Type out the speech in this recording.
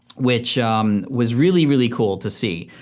which was really really cool to see.